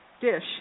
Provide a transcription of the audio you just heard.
dish